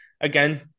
again